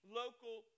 local